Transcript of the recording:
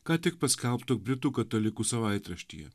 ką tik paskelbto britų katalikų savaitraštyje